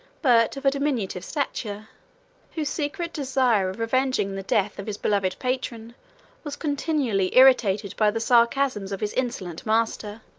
but of a diminutive stature whose secret desire of revenging the death of his beloved patron was continually irritated by the sarcasms of his insolent master.